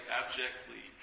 abjectly